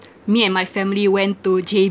me and my family went to J_B